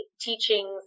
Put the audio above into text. teachings